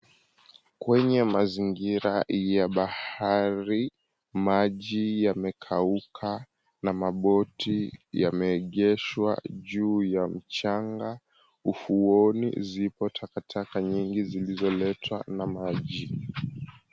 Kwenye mazingira ya bahari maji yamekauka na maboti yameegeshwa juu ya mchanga ufuoni zipo takataka nyingi zilizoletwa na maji.